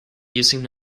using